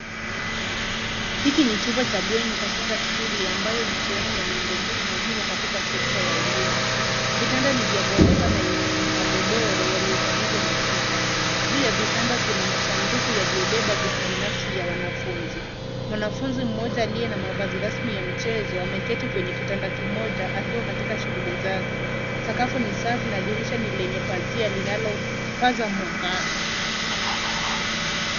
Hiki ni chumba cha bweni katika shule ambayo ni sehemu ya miundombinu muhimu katika sekta ya elimu. Vitanda ni vya ghorofa na vina magodoro yaliyotandikwa mashuka. Juu ya vitanda kuna masanduku yaliyobeba vitu binafsi vya wanafunzi. Mwanafunzi mmoja aliye na mavazi rasmi ya michezo ameketi kwenye kitanda kimoja akiwa katika shughuli zake. Sakafu ni safi na dirisha nilenye pazia linalopaza mwangaza.